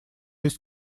есть